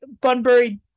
Bunbury